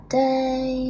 day